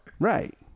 Right